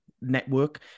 network